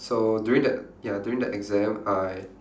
so during the ya during the exam I